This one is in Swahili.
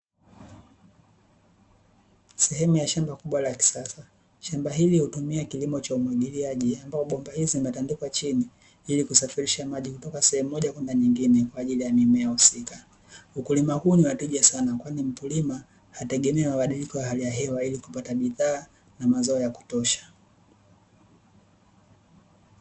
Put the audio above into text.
Sehemu ya shamba kubwa la kisasa, shamba hili hutumia kilimo cha umwagiliaji, ambapo bomba hizi zimetandikwa chini, ili kusafirisha maji kutoka sehemu moja kwenda nyingine kwa ajili ya mimea husika. Ukulima huu ni wa tija sana, kwani mkulima hategemei mabadiliko ya hali ya hewa, ili kupata bidhaa na mazao ya kutosha.